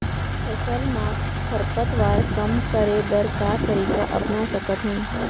फसल मा खरपतवार कम करे बर का तरीका अपना सकत हन?